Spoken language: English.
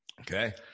Okay